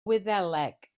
wyddeleg